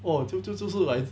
oh 就就就是 like